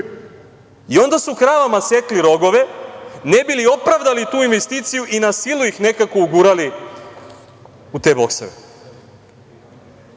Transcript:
Onda su kravama sekli rogove ne bi li opravdali tu investiciju i na silu ih nekako ugurali u te bokseve.E,